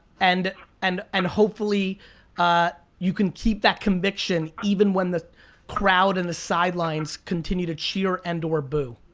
and and and hopefully you can keep that conviction even when the crowd in the sidelines continue to cheer and or boo.